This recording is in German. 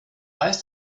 weiß